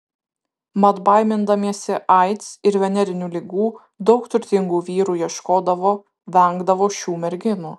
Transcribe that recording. mat baimindamiesi aids ir venerinių ligų daug turtingų vyrų ieškodavo vengdavo šių merginų